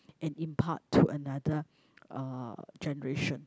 and impart to another uh generation